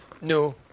No